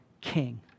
king